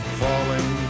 falling